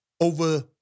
over